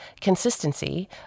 consistency